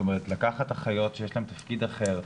לקחת אחיות שיש להן תפקיד אחר.